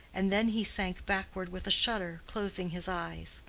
and then he sank backward with a shudder, closing his eyes.